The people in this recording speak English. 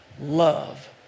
love